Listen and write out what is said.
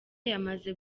yamaze